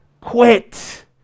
quit